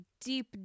deep